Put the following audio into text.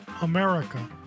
America